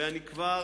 ואני כבר